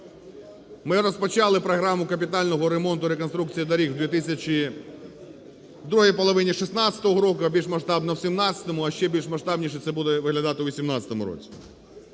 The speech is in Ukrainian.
Ми розпочали програму капітального ремонту і реконструкції доріг у другій половині 2016 року, а більш масштабно у 2017-му, а ще більш масштабніше це буде виглядати у 2018 році.